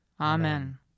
Amen